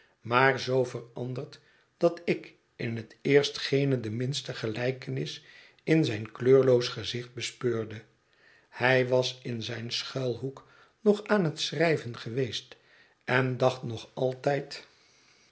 maar zoo veranderd dat ik in het eerst geene de minste gelijkenis in zijn kleurloos gezicht bespeurde hij was in zijn schuühoek nog aan het schrijven geweest en dacht nog altijd